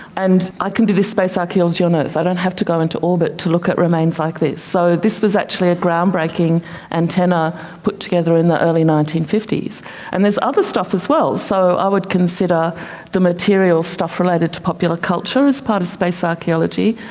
and i can do this space archaeology on earth, i don't have to go into orbit to look at remains like this. so this was actually a groundbreaking antenna put together in the early nineteen fifty s. and there's other stuff as well. so i would consider the material stuff related to popular culture as part of space archaeology.